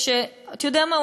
אתה יודע מה,